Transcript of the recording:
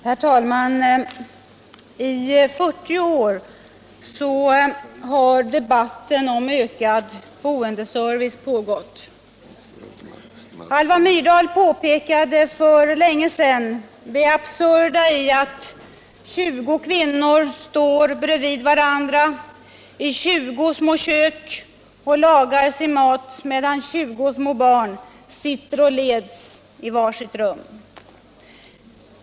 Herr talman! I 40 år har debatten om ökad boendeservice pågått. Alva Myrdal påpekade för länge sedan det absurda i att 20 kvinnor står bredvid varandra i 20 små kök och lagar sin mat medan 20 små barn sitter och leds i var sitt rum.